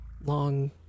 Long